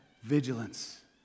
vigilance